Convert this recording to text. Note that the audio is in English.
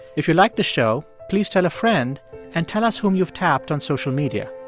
if you like the show, please tell a friend and tell us whom you've tapped on social media.